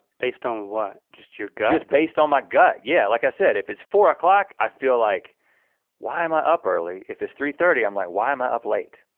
based on what, just your gut? yes based on my gut, yeah, like i said, if it's four o'clock, i feel like why i'm i up early? if it's three thirty i'm like, why i'm i up late?